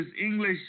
English